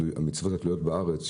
המצוות התלויות בארץ,